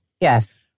Yes